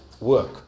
work